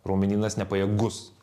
raumenynas nepajėgus